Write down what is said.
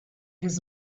his